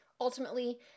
ultimately